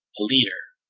liter